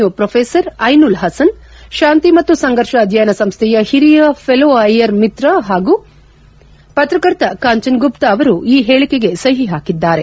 you professor Ainul Hasan ಶಾಂತಿ ಮತ್ತು ಸಂಫರ್ಷ ಅಧ್ಯಯನ ಸಂಸ್ಥೆಯ ಹಿರಿಯ ಫೆಲೋ ಐಯ್ಲರ್ ಮಿತ್ರ ಹಾಗೂ ಪತ್ರಕರ್ತ ಕಾಂಚನ್ ಗುಪ್ತ ಅವರು ಈ ಹೇಳಿಕೆಗೆ ಸಹಿ ಹಾಕಿದ್ದಾರೆ